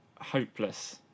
hopeless